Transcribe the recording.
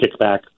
kickback